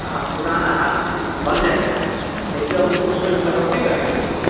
हाँ पुराना हार बन जाएगा लेकिन और उसमें भी कटौती करनी पड़ेगी